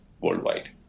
worldwide